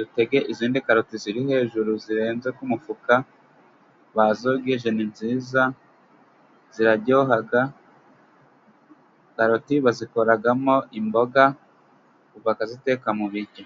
dutege izindi karoti ziri hejuru zirenze ku mufuka, bazogeje ni nziza ziraryoha, karoti bazikoramo imboga bakaziteka mu biryo.